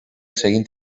seguint